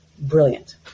brilliant